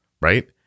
right